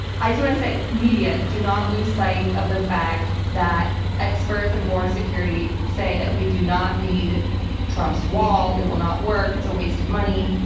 i just want to say, media, do not lose sight of the fact that experts in border security say that we do not need trump's wall. it will not work. it's a waste of money.